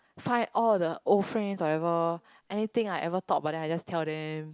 find all of the old friends whatever anything I ever thought about them I just tell them